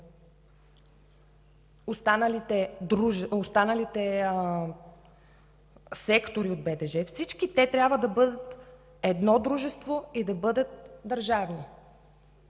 останалите сектори в БДЖ трябва да бъдат едно дружество и да бъдат държавни.